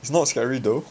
it's not scary though